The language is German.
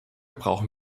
brauchen